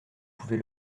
pouvez